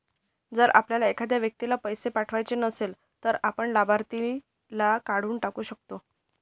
जर आपल्याला एखाद्या व्यक्तीला पैसे पाठवायचे नसेल, तर आपण लाभार्थीला काढून टाकू शकतो